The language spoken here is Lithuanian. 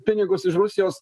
pinigus iš rusijos